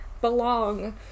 belong